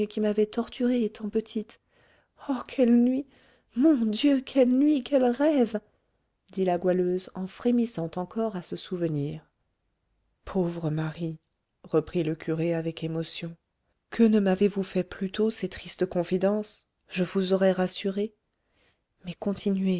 qui m'avait torturée étant petite oh quelle nuit mon dieu quelle nuit quels rêves dit la goualeuse en frémissant encore à ce souvenir pauvre marie reprit le curé avec émotion que ne m'avez-vous fait plus tôt ces tristes confidences je vous aurais rassurée mais continuez